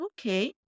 okay